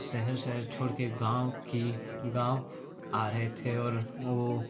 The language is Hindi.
शहर शहर छोड़ के गाँव की गाँव आ रहे थे और वो